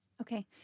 okay